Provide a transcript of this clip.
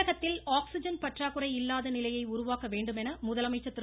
தமிழகத்தில் ஆக்சிஜன் பற்றாக்குறை இல்லாத நிலையை உருவாக்க வேண்டுமென முதலமைச்சர் திரு